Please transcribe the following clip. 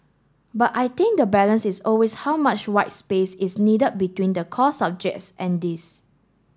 but I think the balance is always how much white space is needed between the core subjects and this